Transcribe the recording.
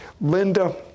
Linda